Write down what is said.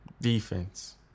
Defense